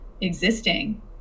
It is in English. existing